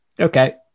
okay